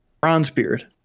Bronzebeard